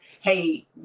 hey